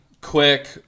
quick